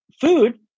food